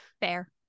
Fair